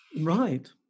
Right